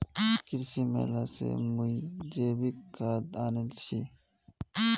कृषि मेला स मुई जैविक खाद आनील छि